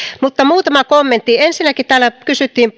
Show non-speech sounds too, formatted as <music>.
mutta muutama kommentti ensinnäkin täällä kysyttiin <unintelligible>